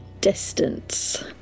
distance